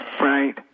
Right